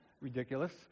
Ridiculous